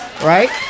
right